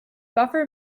buffer